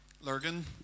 Lurgan